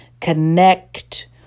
connect